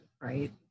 right